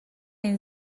این